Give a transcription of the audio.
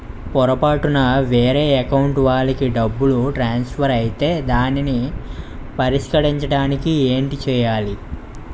పొరపాటున వేరే అకౌంట్ వాలికి డబ్బు ట్రాన్సఫర్ ఐతే దానిని పరిష్కరించడానికి ఏంటి చేయాలి?